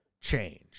change